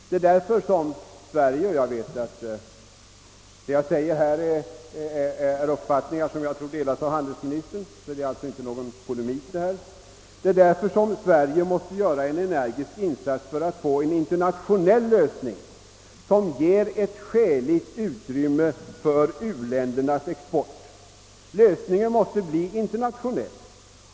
Det är därför som Sverige — och vad jag säger här är uppfattningar som nog delas av handelsministern; det innebär alltså ingen polemik — måste göra en energisk insats för att få till stånd en internationell lösning som ger ett skäligt utrymme för u-ländernas export. Lösningen måste bli internationell.